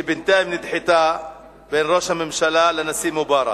שבינתיים נדחתה, של ראש הממשלה והנשיא מובארק,